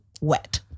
wet